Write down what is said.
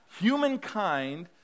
humankind